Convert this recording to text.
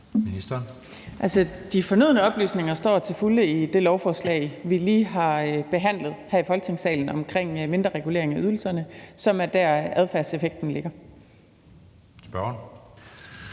de fornødne oplysninger står til fulde i det lovforslag, vi lige har behandlet her i Folketingssalen, om mindreregulering af ydelserne, som er der, hvor adfærdseffekten ligger.